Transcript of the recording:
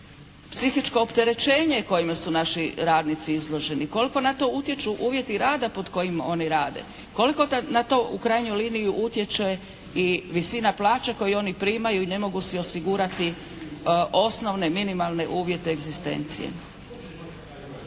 psihičko opterećenje kojem su naši radnici izloženi, koliko na to utječu uvjeti rada pod kojima oni rade, koliko na to u krajnjoj liniji utječe i visina plaće koju oni primaju i ne mogu si osigurati osnovne minimalne uvjete egzistencije.